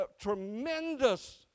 tremendous